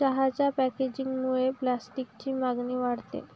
चहाच्या पॅकेजिंगमुळे प्लास्टिकची मागणी वाढते